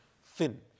thin